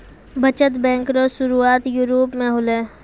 बचत बैंक रो सुरुआत यूरोप मे होलै